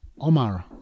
Omar